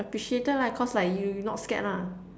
appreciated lah cause like you you not scared lah